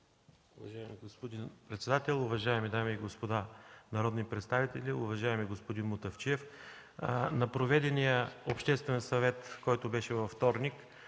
Уважаеми господин председател, уважаеми дами и господа народни представители! Уважаеми господин Мутафчиев, на проведения Обществен съвет във вторник,